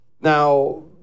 Now